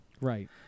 right